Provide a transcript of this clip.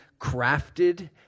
crafted